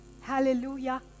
Hallelujah